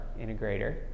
integrator